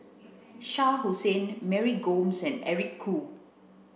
Shah Hussain Mary Gomes and Eric Khoo